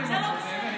גם זה לא בסדר?